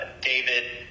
David